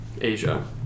Asia